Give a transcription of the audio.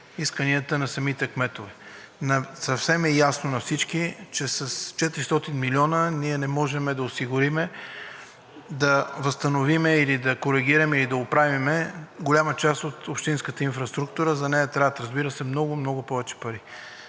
исканията на самите кметове. Съвсем е ясно на всички, че с 400 милиона ние не можем да осигурим да възстановим или да коригираме и да оправим голяма част от общинската инфраструктура. За нея трябват, разбира се, много, много повече пари.